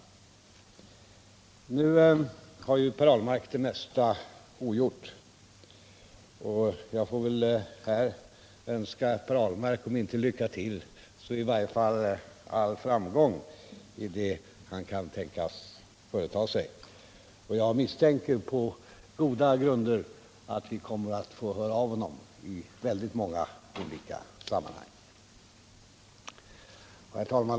G Nu har ju Per Ahlmark det mesta ogjort, och jag får väl här önska Per Ahlmark, om inte lycka till, så i varje fall all framgång i det han kan tänkas företa sig. Jag misstänker på goda grunder att vi kommer att få höra av honom i väldigt många olika sammanhang. Herr talman!